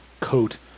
coat